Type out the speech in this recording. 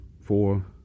four